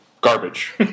garbage